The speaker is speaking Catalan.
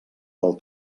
del